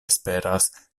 esperas